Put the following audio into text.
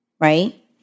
Right